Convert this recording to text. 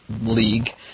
league